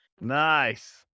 Nice